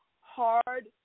hard